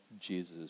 Jesus